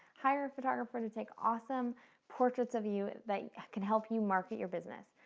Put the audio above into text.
hire a photographer to take awesome portraits of you that can help you market your business.